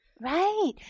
Right